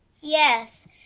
Yes